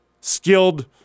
skilled